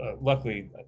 luckily